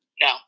No